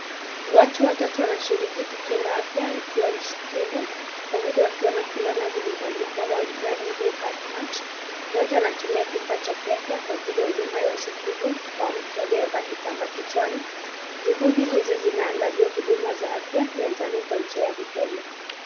Watu watatu wanashiriki tukio la afya ya usikivu. Wawili wakiwa na fulana zilizoandikwa world hearing day third match . Mmoja anatumia kifaa cha kiafya kwa ajili ya huduma ya usikivu kwa mtu aliyevaa kitambaa kichwani. Juhudi hizi zinaangazia huduma za afya ya jamii kwa njia ya vitelo .